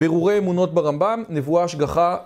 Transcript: ברורי אמונות ברמב״ם, נבואה השגחה.